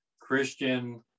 Christian